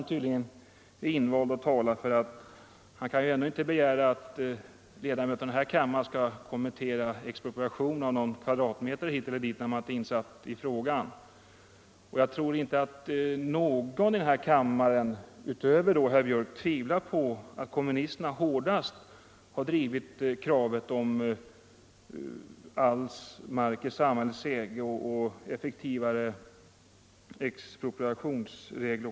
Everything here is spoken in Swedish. Han kan inte begära att ledamöterna i denna kammare skall kommentera expropriation av någon kvadratmeter mark hit eller dit, när de inte är insatta i frågan. Jag tror inte att någon i denna kammare utöver herr Gustafsson tvivlar på att kommunisterna hårdast har drivit kravet på all mark i samhällets ägo och effektivare expropriationsregler.